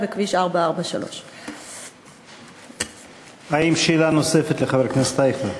בכביש 443. האם יש שאלה נוספת לחבר הכנסת אייכלר?